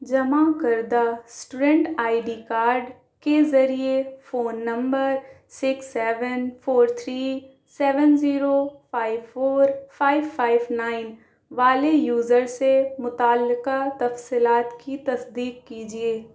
جمع کردہ student I D card کے ذریعے phone number six seven four three seven zero five four five five nine والے user سے متعلقہ تفصیلات کی تصدیق کیجیے